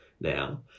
now